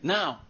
Now